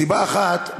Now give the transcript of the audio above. סיבה אחת,